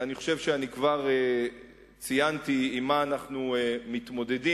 אני חושב שכבר ציינתי עם מה אנחנו מתמודדים.